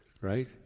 Right